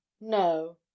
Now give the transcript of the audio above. no